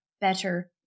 better